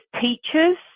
teachers